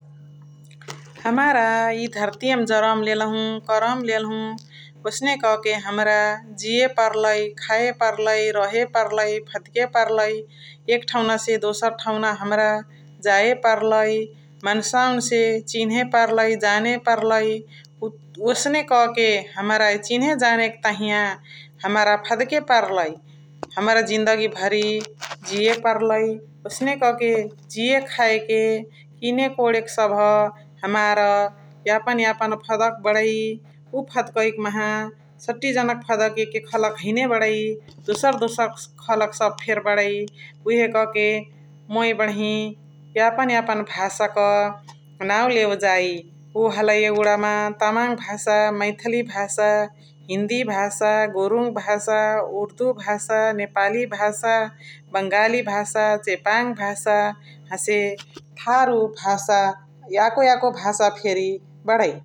हमरा इ धर्तियमा जरम लेलहु करम लेलहु । ओसने कके हमरा जिए पर्लाई, खाए पर्लाई, रहे पर्लाई, फदके पर्लाई । एक ठौनासे दोसर ठउरा हमरा जाए पर्लाई । मन्सावन्से चिन्हे पर्लाई, जाने पर्लाई ओसने कके हमरा चिन्हे जानके तहिया हमरा फदके पर्लाई । हमरा जिन्दगी भरी जिए पर्लाई । ओसने कके जिय खाएके किने कोणके सबह हमार यापन यापन फदक बणइ । उ फदकइ कि माहा छति जनक फदक एके खलक हैने बणइ । दोसर दोसर खलक सबह फेरी बणइ उहे कहके उहे बणही यापन यापन भासाक नाउ लेवे जाइ । उ हलइ एगुणमा तामाङ भाषा, मैथली भाषा, हिन्दी भाषा, गुरुङ भाषा, उर्दु भाषा, नेपाली भाषा, बाङ्गालि भाषा, चेपाङ भाषा हसे थारु भाषा । याको याको भाषा फेरी बणइ ।